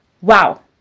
Wow